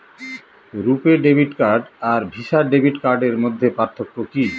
রূপে debit card আর Visa debit কার্ডের মধ্যে পার্থক্য কি?